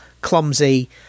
clumsy